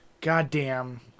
Goddamn